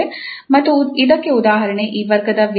ಮತ್ತು ಇದಕ್ಕೆ ಉದಾಹರಣೆ ಈ ವರ್ಗದ ವೇವ್ ಸಮೀಕರಣ